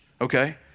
Okay